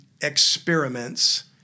experiments